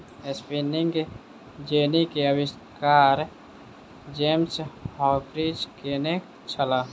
spinning jenny के आविष्कार James Hargreaves केने छला